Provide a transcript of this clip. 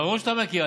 ברור שאתה מכיר.